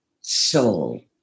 soul